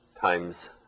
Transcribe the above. times